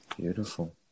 Beautiful